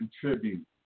contribute